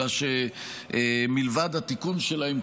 אלא שמלבד התיקון שלהם,